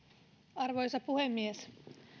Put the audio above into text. arvoisa puhemies